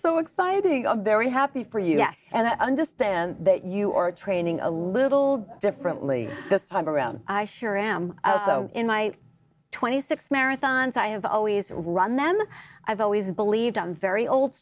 so exciting i'm very happy for you and understand that you are training a little differently this time around i sure am in my twenty six marathons i have always run them i've always believed i'm very old